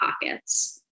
pockets